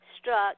struck